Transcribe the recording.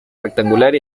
rectangular